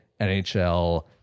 NHL